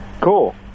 Cool